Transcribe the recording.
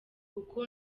uku